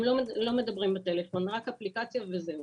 הם לא מדברים בטלפון, רק אפליקציה וזהו.